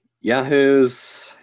Yahoo's